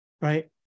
right